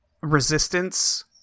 resistance